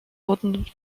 wurden